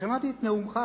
כששמעתי את נאומך,